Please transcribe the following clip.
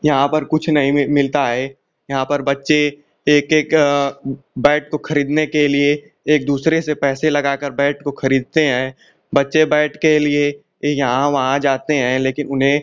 यहाँ पर कुछ नहीं मिलता है यहाँ पर बच्चे एक एक बैट को खरीदने के लिए एक दूसरे से पैसे लगाकर बैट को खरीदते हैं बच्चे बैट के लिए ए यहाँ वहाँ जाते हैं लेकिन उन्हें